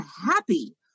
happy